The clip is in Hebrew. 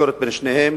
התקשורת בין שניהם.